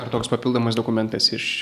ar toks papildomas dokumentas iš